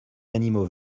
animaux